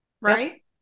right